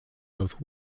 both